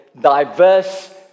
diverse